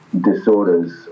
disorders